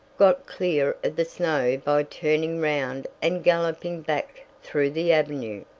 got clear of the snow by turning round and galloping back through the avenue.